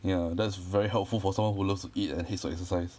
yeah that's very helpful for someone who loves to eat and hates to exercise